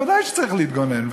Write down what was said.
ודאי שצריך להתגונן.